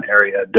area